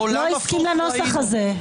הוא לא הסכים לנוסח הזה.